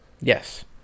yes